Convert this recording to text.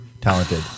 talented